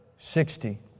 Sixty